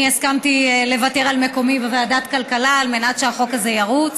אני הסכמתי לוותר על מקומי בוועדת הכלכלה על מנת שהחוק הזה ירוץ.